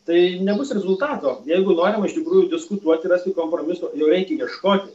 tai nebus rezultato jeigu norima iš tikrųjų diskutuoti rasti kompromiso jo reikia ieškoti